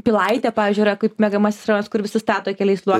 pilaitė pavyzdžiui yra kaip miegamasis rajonas kur visi stato keliais nuo